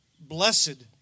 Blessed